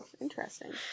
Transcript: interesting